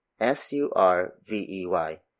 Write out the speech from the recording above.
S-U-R-V-E-Y